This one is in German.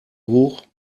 hoch